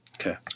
Okay